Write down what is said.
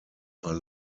are